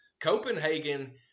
Copenhagen